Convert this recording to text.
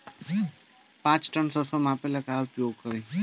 पाँच टन सरसो मापे ला का उपयोग करी?